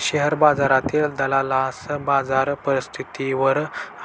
share बाजारातील दलालास बाजार परिस्थितीवर